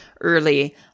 early